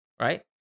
right